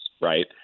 right